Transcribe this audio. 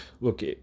look